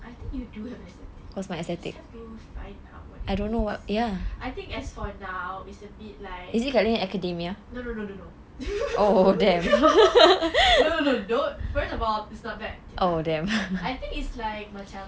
I think you do have aesthetic just have to find out what it is I think as for now it's a bit like no no no no no no no don't first of all it's not bad I think it's like macam